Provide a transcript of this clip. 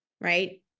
right